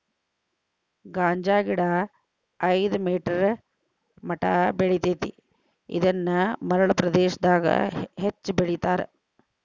ಗಾಂಜಾಗಿಡಾ ಐದ ಮೇಟರ್ ಮಟಾ ಬೆಳಿತೆತಿ ಇದನ್ನ ಮರಳ ಪ್ರದೇಶಾದಗ ಹೆಚ್ಚ ಬೆಳಿತಾರ